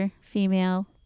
female